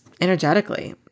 energetically